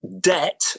debt